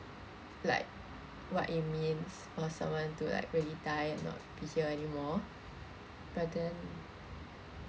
like what it means for someone to like really die and not be here anymore but then